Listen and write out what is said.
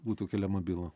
būtų keliama byla